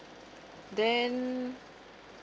then